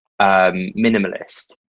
minimalist